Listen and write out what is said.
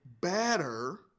better